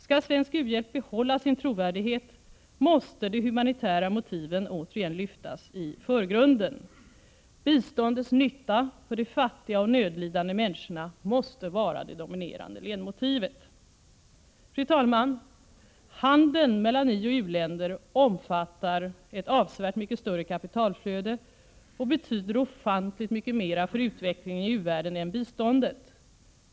Skall svensk u-hjälp behålla sin trovärdighet måste de humanitära motiven återigen lyftas fram i förgrunden. Biståndets nytta för de fattiga och nödlidande människorna måste vara det dominerande ledmotivet. Fru talman! Handeln mellan i-länder och u-länder omfattar ett avsevärt mycket större kapitalflöde och betyder ofantligt mycket mera för utvecklingen i u-världen än biståndet.